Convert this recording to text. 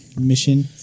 mission